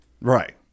Right